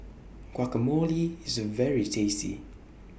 Guacamole IS very tasty